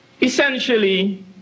essentially